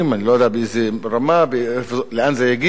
אני לא יודע באיזו רמה ולאן זה יגיע,